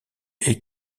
est